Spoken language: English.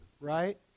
right